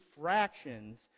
fractions